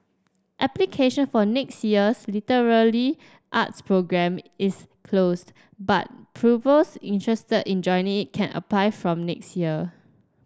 application for next year's literary arts programme is closed but pupils interested in joining can apply from next year